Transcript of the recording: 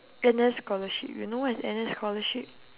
N_S scholarship you know what is N_S scholarship